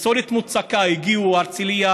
פסולת מוצקה הגיעה מהרצליה,